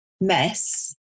mess